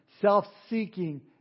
self-seeking